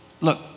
Look